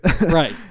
right